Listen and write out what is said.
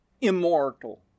immortal